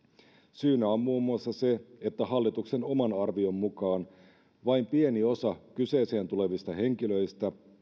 syynä on muun muassa se että hallituksen oman arvion mukaan vain pieni osa kyseeseen tulevista henkilöistä